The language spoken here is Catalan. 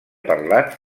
parlat